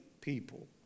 people